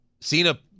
Cena